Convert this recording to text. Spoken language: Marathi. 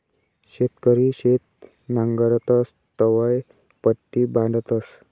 शेतकरी शेत नांगरतस तवंय पट्टी बांधतस